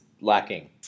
lacking